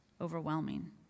overwhelming